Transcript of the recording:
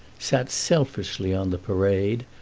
sat selfishly on the parade,